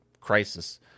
crisis